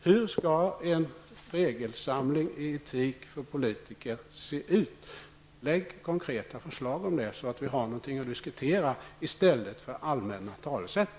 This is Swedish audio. Hur skall en regelsamling i etik för politiker se ut? Lägg fram konkreta förslag i stället för att använda allmänna talesätt, så att vi har någonting att diskutera!